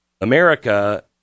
America